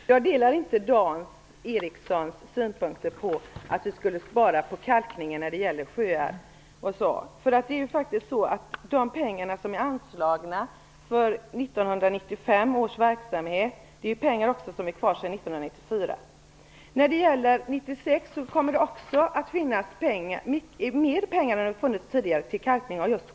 Herr talman! Jag delar inte Dan Ericssons synpunkter när det gäller att vi skulle spara på kalkningen av sjöar. Det är faktiskt så att de pengar som är anslagna för 1995 års verksamhet inkluderar också pengar som är kvar sedan 1994. För 1996 kommer det att finnas mycket mer pengar än vad som tidigare funnits till kalkning av sjöar.